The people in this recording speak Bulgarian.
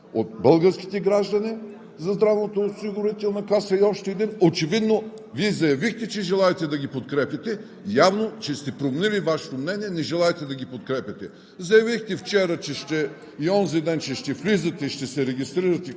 от българските граждани – за Здравноосигурителната каса и още един. Очевидно – Вие заявихте, че желаете да ги подкрепяте, явно, че сте променили Вашето мнение – не желаете да ги подкрепяте. Заявихте вчера и онзи ден, че ще влизате и ще се регистрирате,